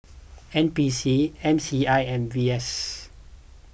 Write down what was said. N P C M C I and V S